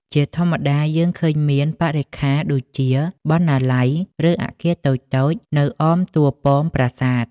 ជាធម្មតាយើងឃើញមានបរិក្ខារ ដូចជាបណ្ណាល័យ ឬអគារតូចៗនៅអមតួប៉មប្រាសាទ។